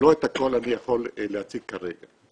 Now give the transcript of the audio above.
לא את הכול אני יכול להציג כרגע.